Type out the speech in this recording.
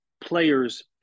players